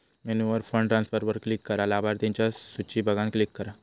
मेन्यूवर फंड ट्रांसफरवर क्लिक करा, लाभार्थिंच्या सुची बघान क्लिक करा